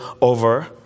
over